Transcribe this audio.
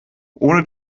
ohne